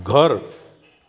घरु